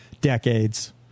decades